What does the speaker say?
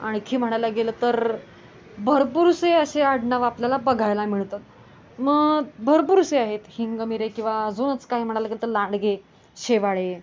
आणखी म्हणायला गेलं तर भरपूरसे असे आडनावं आपल्याला बघायला मिळतात मग भरपूरशे आहेत हिंगमिरे किंवा अजूनच काही म्हणायला गेलं तर लांडगे शेवाळे